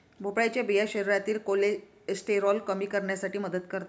भोपळ्याच्या बिया शरीरातील कोलेस्टेरॉल कमी करण्यास मदत करतात